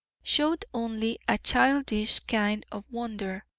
showed only a childish kind of wonder.